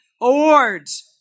awards